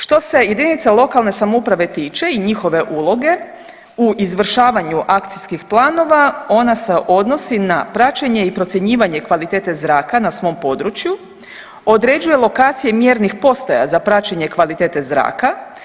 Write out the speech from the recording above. Što se jedinica lokalne samouprave tiče i njihove uloge u izvršavanju akcijskih planova ona se odnosi na praćenje i procjenjivanje kvalitete zraka na svom području, određuje lokacije mjernih postaja za praćenje kvalitete zraka.